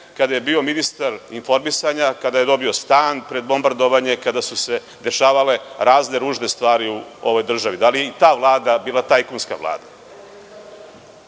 kada je bio ministar informisanja, kada je dobio stan pred bombardovanje, kada su se dešavale razne ružne stvari u ovoj državi? Da li je i ta Vlada bila tajkunska vlada? Velike